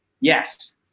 Yes